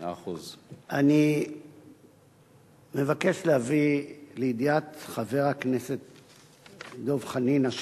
אני מבקש להביא לידיעת חבר הכנסת דב חנין, השואל,